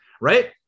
right